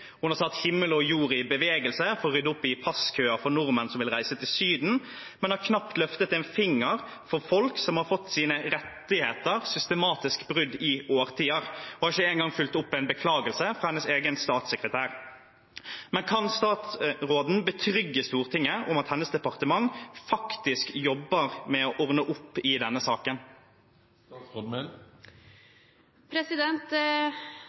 Hun har satt himmel og jord i bevegelse for å rydde opp i passkøer for nordmenn som vil reise til Syden, men har knapt løftet en finger for folk som har opplevd å få sine rettigheter systematisk brutt i årtier. Hun har ikke engang fulgt opp en beklagelse fra sin egen statssekretær. Kan statsråden betrygge Stortinget om at hennes departement faktisk jobber med å ordne opp i denne saken?